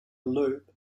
loop